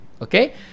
okay